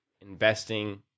investing